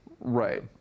right